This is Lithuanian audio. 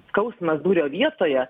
skausmas dūrio vietoje